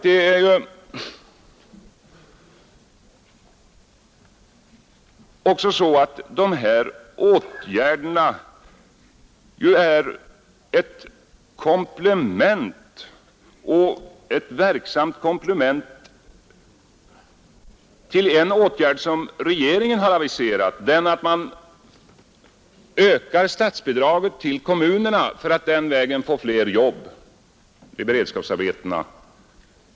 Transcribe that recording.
Dessa åtgärder går ju också bra ihop med regeringens aviserade åtgärd att öka statsbidragen till kommunernas beredskapsarbeten för att på den vägen skapa fler jobb.